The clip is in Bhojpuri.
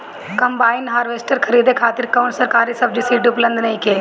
कंबाइन हार्वेस्टर खरीदे खातिर कउनो सरकारी सब्सीडी उपलब्ध नइखे?